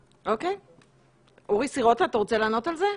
אורי סירוטה, אתה רוצה לענות על זה?